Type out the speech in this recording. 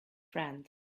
friend